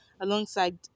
alongside